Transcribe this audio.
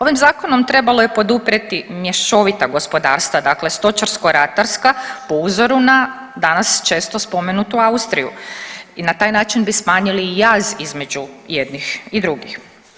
Ovim zakonom trebalo je poduprijeti mješovita gospodarstva, dakle stočarsko ratarska po uzoru na danas često spomenutu Austriju i na taj način bi smanjili jaz između jednih i drugih.